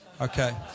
Okay